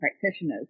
practitioners